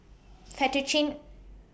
Fettuccine